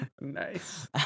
Nice